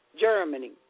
Germany